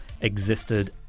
existed